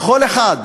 וכל אחד,